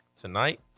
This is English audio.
tonight